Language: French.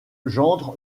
gendre